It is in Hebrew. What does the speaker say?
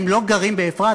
הם לא גרים באפרת,